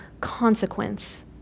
consequence